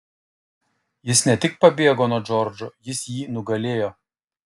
jis ne tik pabėgo nuo džordžo jis jį nugalėjo